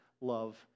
love